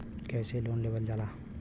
कैसे लोन लेवल जाला?